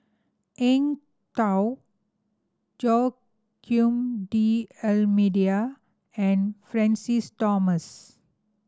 Eng Tow Joaquim D'Almeida and Francis Thomas